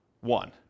one